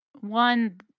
one